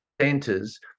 centres